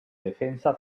defensa